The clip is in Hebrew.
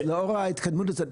אז לאור ההתקדמות הזאת,